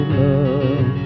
love